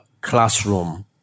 classroom